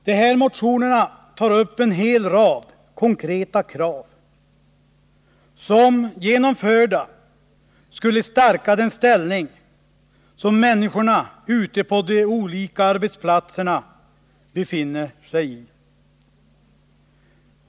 De här motionerna tar upp en hel rad konkreta krav, som genomförda skulle stärka den ställning som människorna ute på de olika arbetsplatserna befinner sig i.